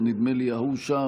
או נדמה לי שמההוא שם,